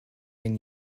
been